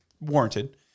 warranted